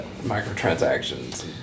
microtransactions